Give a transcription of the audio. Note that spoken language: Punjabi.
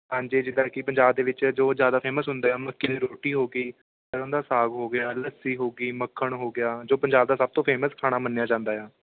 ਹਾਂਜੀ ਜਿੱਦਾਂ ਕਿ ਪੰਜਾਬ ਦੇ ਵਿੱਚ ਜੋ ਜ਼ਿਆਦਾ ਫੇਮਸ ਹੁੰਦੇ ਆ ਮੱਕੀ ਦੀ ਰੋਟੀ ਹੋ ਗਈ ਸਰ੍ਹੋਂ ਦਾ ਸਾਗ ਹੋ ਗਿਆ ਲੱਸੀ ਹੋ ਗਈ ਮੱਖਣ ਹੋ ਗਿਆ ਜੋ ਪੰਜਾਬ ਦਾ ਸਭ ਤੋਂ ਫੇਮਸ ਖਾਣਾ ਮੰਨਿਆ ਜਾਂਦਾ ਆ